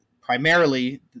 primarily